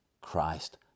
christ